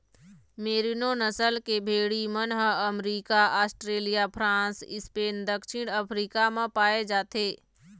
मेरिनों नसल के भेड़ी मन ह अमरिका, आस्ट्रेलिया, फ्रांस, स्पेन, दक्छिन अफ्रीका म पाए जाथे